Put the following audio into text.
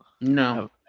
No